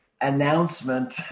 announcement